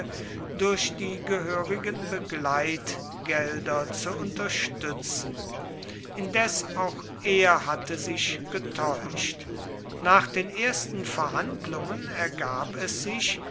durch die gehörigen begleitgelder zu unterstützen indes auch er hatte sich getäuscht nach den ersten verhandlungen ergab es sich